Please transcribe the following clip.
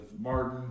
Martin